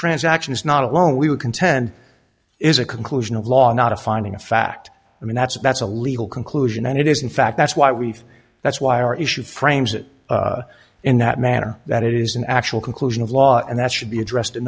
transaction is not alone we would contend is a conclusion of law not a finding of fact i mean that's that's a legal conclusion and it is in fact that's why we that's why our issue frames it in that manner that it is an actual conclusion of law and that should be addressed in